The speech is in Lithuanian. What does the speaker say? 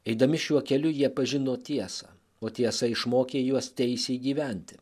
eidami šiuo keliu jie pažino tiesą o tiesa išmokė juos teisiai gyventi